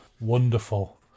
wonderful